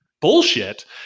bullshit